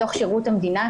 בתוך שירות המדינה,